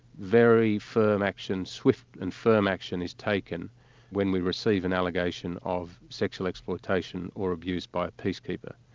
very firm action, swift and firm action is taken when we receive an allegation of sexual exploitation or abuse by a peacekeeper.